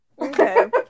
Okay